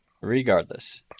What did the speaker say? regardless